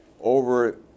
over